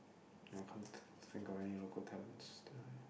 I can't think of any local talents I